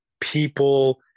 people